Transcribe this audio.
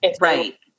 Right